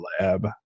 lab